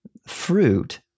Fruit